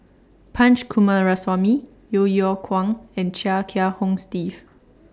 Punch Coomaraswamy Yeo Yeow Kwang and Chia Kiah Hong Steve